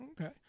Okay